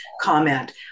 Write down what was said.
comment